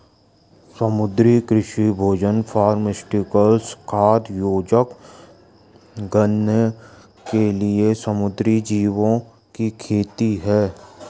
समुद्री कृषि भोजन फार्मास्यूटिकल्स, खाद्य योजक, गहने के लिए समुद्री जीवों की खेती है